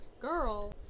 girl